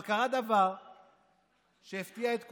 אבל קרה דבר שהפתיע את כולנו: